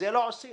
לא לוקחים